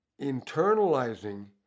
internalizing